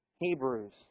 Hebrews